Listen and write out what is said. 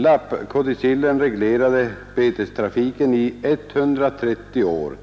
Lappkodicillen reglerade betestrafiken i 130 år,